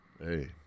Hey